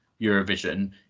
Eurovision